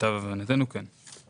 למיטב הבנתנו, כן.